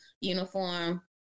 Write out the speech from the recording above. uniform